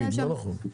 לא נכון.